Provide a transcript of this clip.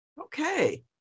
Okay